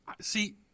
See